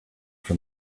from